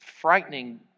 frightening